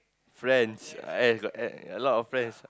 friends and a lot of friends